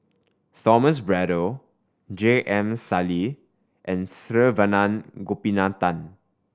Thomas Braddell J M Sali and Saravanan Gopinathan